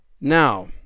Now